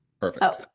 Perfect